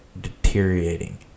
deteriorating